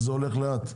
של המונים שהולך לאט,